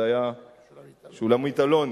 זו היתה שולמית אלוני.